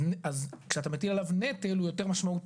אז כשאתה מטיל עליו נטל הוא יותר משמעותי